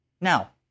Now